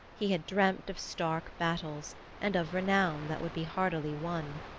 he had dreamt of stark battles and of renown that would be hardily won.